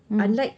mm